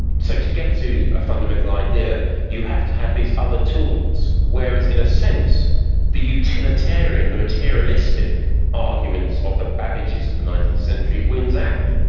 so to get to a fundamental idea you have to have these other tools, whereas in a sense the utilitarian, the materialistic arguments of the babbages of the nineteenth century wins out,